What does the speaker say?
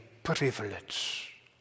privilege